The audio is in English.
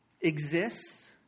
exists